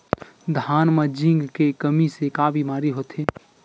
धान म जिंक के कमी से का बीमारी होथे?